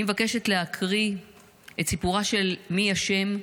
אני מבקשת להקריא את סיפורה של מיה שם,